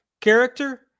character